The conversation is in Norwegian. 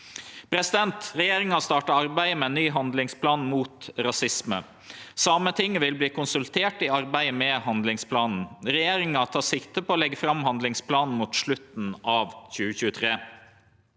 betre. Regjeringa har starta arbeidet med ein ny handlingsplan mot rasisme. Sametinget vil verte konsultert i arbeidet med handlingsplanen. Regjeringa tek sikte på å leggje fram handlingsplanen mot slutten av 2023.